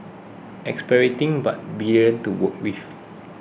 exasperating but brilliant to work with